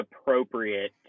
appropriate